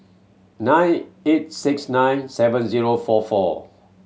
nine eight six nine seven zero four four